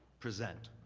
present,